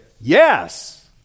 Yes